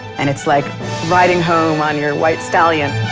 and it's like riding home on your white stallion.